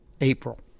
April